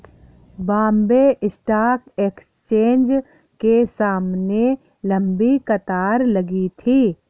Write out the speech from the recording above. Bombay stock exchange के सामने लंबी कतार लगी थी